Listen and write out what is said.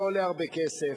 אולי אני אתן לך דקה נוספת,